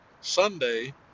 Sunday